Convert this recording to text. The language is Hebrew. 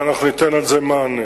ואנחנו ניתן על זה מענה.